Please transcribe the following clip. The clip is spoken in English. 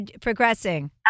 progressing